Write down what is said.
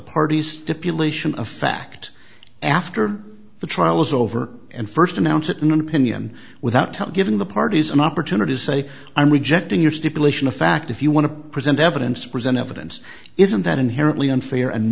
party stipulation of fact after the trial is over and first announced an opinion without time given the parties an opportunity to say i'm rejecting your stipulation of fact if you want to present evidence to present evidence isn't that inherently unfair and